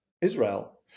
Israel